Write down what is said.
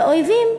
ואויבים,